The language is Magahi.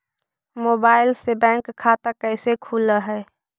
मोबाईल से बैक खाता कैसे खुल है?